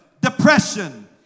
depression